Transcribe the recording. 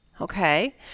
okay